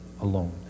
alone